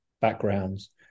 backgrounds